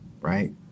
right